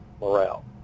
morale